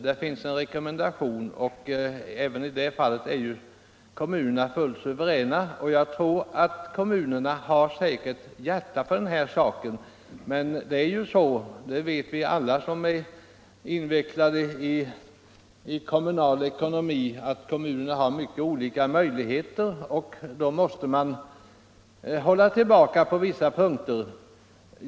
Det finns en rekommendation, och även i det fallet är ju kommunerna fullt suveräna. Kommunerna har säkerligen hjärta för den här saken, men det är ju så — det vet vi alla som är invecklade i kommunal ekonomi — att kommunerna har mycket olika möjligheter, och då måste man hålla tillbaka på vissa punkter.